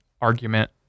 argument